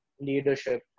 leadership